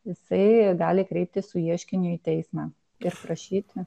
jisai gali kreiptis su ieškiniu į teismą ir prašyti